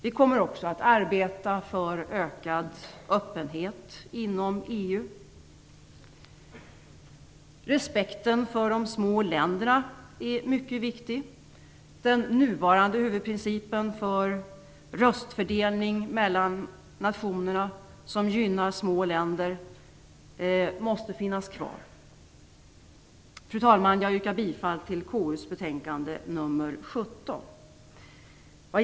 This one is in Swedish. Vi kommer också att arbeta för ökad öppenhet inom EU. Respekten för de små länderna är mycket viktig. Den nuvarande huvudprincipen för röstfördelning mellan nationerna, som gynnar små länder, måste finnas kvar. Fru talman! Jag yrkar bifall till hemställan i KU:s betänkande nr 17.